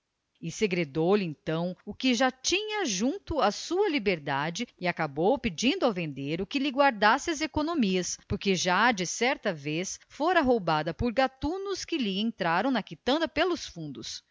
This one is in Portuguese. e segredou-lhe então o que tinha juntado para a sua liberdade e acabou pedindo ao vendeiro que lhe guardasse as economias porque já de certa vez fora roubada por gatunos que lhe entraram na quitanda pelos fundos